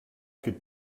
could